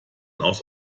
aus